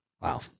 Wow